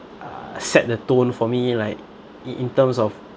uh set the tone for me like in in terms of